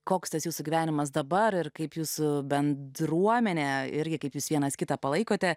koks tas jūsų gyvenimas dabar ir kaip jūs su bendruomene irgi kaip vienas kitą palaikote